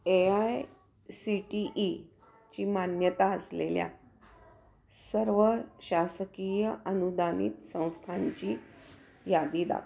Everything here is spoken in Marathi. ए आय सी टी ईची मान्यता असलेल्या सर्व शासकीय अनुदानित संस्थांची यादी दाखवा